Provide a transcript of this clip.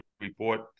report